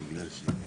תודה.